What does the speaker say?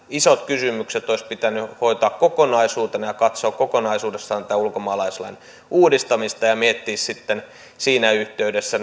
isot kysymykset olisi pitänyt hoitaa kokonaisuutena ja katsoa kokonaisuudessaan tämän ulkomaalaislain uudistamista ja miettiä sitten siinä yhteydessä